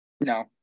No